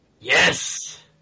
Yes